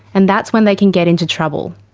and that's when they can get into trouble.